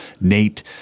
Nate